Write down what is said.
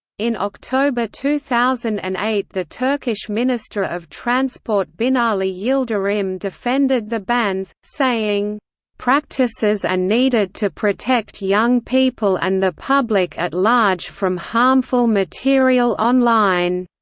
in october two thousand and eight the turkish minister of transport binali yildirim defended the bans, saying practices are and needed to protect young people and the public at large from harmful material online.